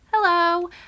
Hello